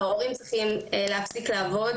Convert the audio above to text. ההורים צריכים להפסיק לעבוד